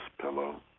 pillow